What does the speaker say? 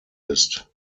ist